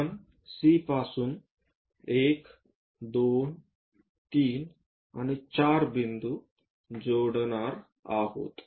आपण C पासून 1 2 3 आणि 4 बिंदूं जोडणार आहोत